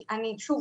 כי שוב,